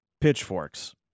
pitchforks